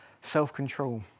self-control